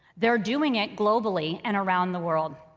they're doing it globally and around the world.